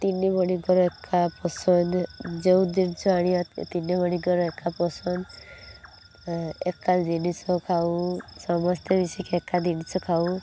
ତିନି ଭଉଣୀଙ୍କର ଏକା ପସନ୍ଦ ଯେଉଁ ଜିନିଷ ଆଣିବାର ତିନି ଭଉଣୀଙ୍କର ଏକା ପସନ୍ଦ ଏକା ଜିନିଷ ଖାଉ ସମସ୍ତେ ମିଶିକି ଏକା ଜିନିଷ ଖାଉ